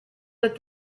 that